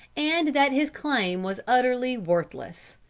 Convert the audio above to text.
and that his claim was utterly worthless.